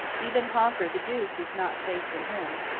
even honker the goose is not safe from him.